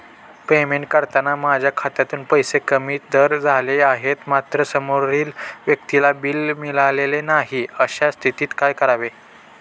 Payment करताना माझ्या खात्यातून पैसे कमी तर झाले आहेत मात्र समोरील व्यक्तीला बिल मिळालेले नाही, अशा स्थितीत काय करावे?